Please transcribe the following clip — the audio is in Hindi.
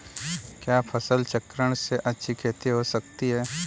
क्या फसल चक्रण से अच्छी खेती हो सकती है?